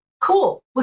Cool